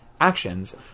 actions